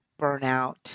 burnout